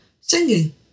Singing